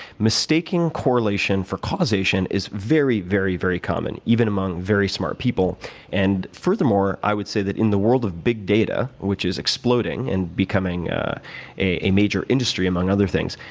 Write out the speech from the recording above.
mistaking correlation for causation is very, very, very common. even among very smart people and furthermore, i would say that in the world of big data, which is exploding and becoming a major industry among other things,